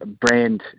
brand